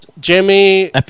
Jimmy